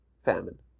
famine